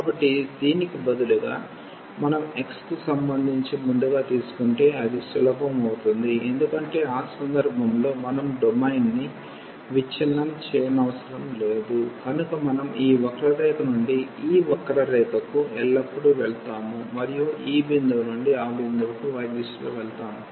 కాబట్టి దీనికి బదులుగా మనం x కి సంబంధించి ముందుగా తీసుకుంటే అది సులభం అవుతుంది ఎందుకంటే ఆ సందర్భంలో మనం డొమైన్ని విచ్ఛిన్నం చేయనవసరం లేదు కనుక మనం ఈ వక్రరేఖ నుండి ఈ వక్రరేఖకు ఎల్లప్పుడూ వెళ్తాము మరియు ఈ బిందువు నుండి ఆ బిందువుకు y దిశలో వెళ్తాము